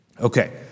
Okay